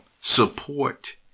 support